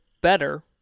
better